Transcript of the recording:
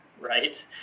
right